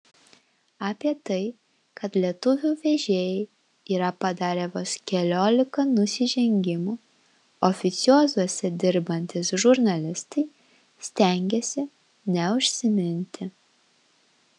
apie tai kad lietuvių vežėjai yra padarę vos keliolika nusižengimų oficiozuose dirbantys žurnalistai stengiasi neužsiminti